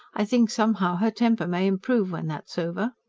i think somehow her temper may improve when that's over.